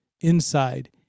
inside